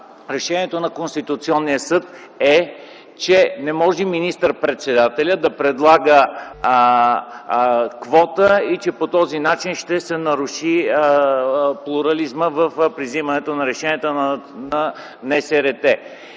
Решението на Конституционния съд е, че не може министър-председателят да предлага квота и, че по този начин ще се наруши плурализмът при вземането на решенията на НСРТ,